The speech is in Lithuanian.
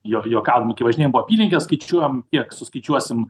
jo juokavom kai važinėjom po apylinkes skaičiuojame kiek suskaičiuosim